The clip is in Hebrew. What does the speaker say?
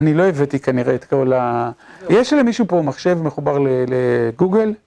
אני לא הבאתי כנראה את כל ה... יש למישהו פה מחשב מחובר לגוגל?